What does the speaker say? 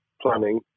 planning